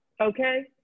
Okay